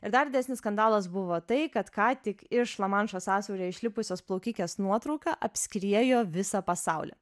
ir dar didesnis skandalas buvo tai kad ką tik iš lamanšo sąsiaurio išlipusios plaukikės nuotrauka apskriejo visą pasaulį